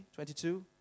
22